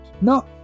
No